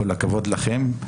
כל הכבוד לכם,